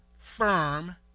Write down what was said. firm